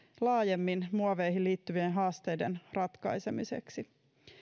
laajemmin muoveihin liittyvien haasteiden ratkaisemiseksi